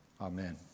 Amen